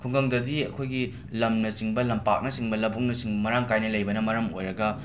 ꯈꯨꯡꯒꯪꯗꯗꯤ ꯑꯩꯈꯣꯏꯒꯤ ꯂꯝꯅꯆꯤꯡꯕ ꯂꯝꯄꯥꯛꯅꯆꯤꯡꯕ ꯂꯕꯨꯛꯅꯆꯤꯡ ꯃꯔꯥꯡ ꯀꯥꯏꯅ ꯂꯩꯕꯅ ꯃꯔꯝ ꯑꯣꯏꯔꯒ